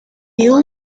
bill